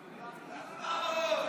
בכבוד.